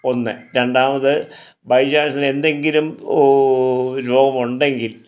ഒന്ന് രണ്ടാമത് ബൈചാൻസിന് എന്തെങ്കിലും രോഗമുണ്ടെങ്കിൽ